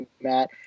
Matt